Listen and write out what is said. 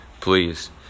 please